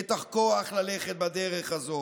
את הכוח ללכת בדרך הזאת,